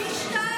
פי שניים.